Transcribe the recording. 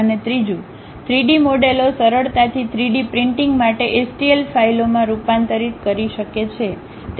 અને ત્રીજું 3 ડી મોડેલો સરળતાથી 3 ડી પ્રિન્ટિંગ માટે STL ફાઇલોમાં રૂપાંતરિત કરી શકે છે